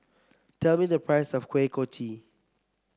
tell me the price of Kuih Kochi